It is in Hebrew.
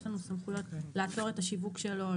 יש לנו סמכויות לעצור את השיווק שלו,